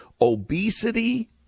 obesity